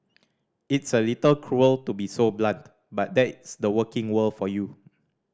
it's a little cruel to be so blunt but that is the working world for you